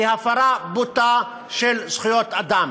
היא הפרה בוטה של זכויות אדם.